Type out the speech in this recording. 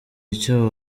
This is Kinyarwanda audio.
icyo